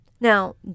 Now